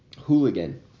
hooligan